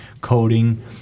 coding